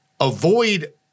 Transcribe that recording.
avoid